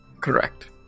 correct